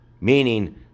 meaning